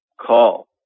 Call